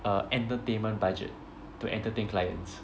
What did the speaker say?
uh entertainment budget to entertain clients